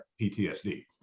PTSD